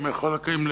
מחולקים לזה,